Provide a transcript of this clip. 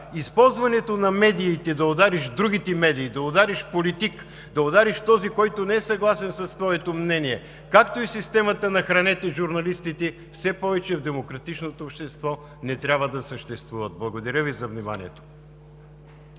използването на медиите да удариш другите медии, да удариш политик, да удариш този, който не е съгласен с твоето мнение, както и системата „нахранете журналистите“ все повече в демократичното общество не трябва да съществуват. Благодаря Ви за вниманието.